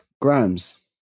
grams